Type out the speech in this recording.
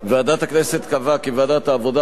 ועדת הכנסת קבעה כי ועדת העבודה,